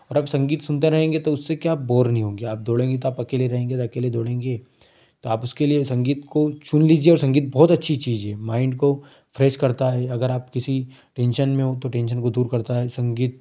और आप संगीत सुनते रहेंगे तो उससे क्या है आप बोर नहीं होंगे आप दौड़ेंगे तो आप अकेले रहेंगे तो अकेले दौड़ेंगे तो आप उसके लिए संगीत को चुन लीजिए और संगीत बहुत अच्छी चीज है माइंड को फ्रेश करता है अगर आप किसी टेंशन में हो तो टेंशन को दूर करता है संगीत